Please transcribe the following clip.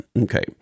Okay